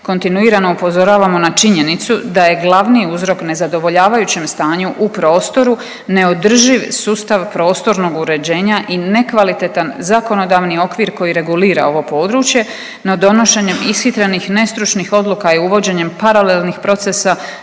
Kontinuirano upozoravamo na činjenicu da je glavni uzrok nezadovoljavajućem stanju u prostoru neodrživ sustav prostornog uređenja i nekvalitetan zakonodavni okvir koji regulira ovo područje, no donošenjem ishitrenih, nestručnih odluka i uvođenjem paralelnih procesa,